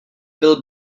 byl